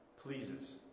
pleases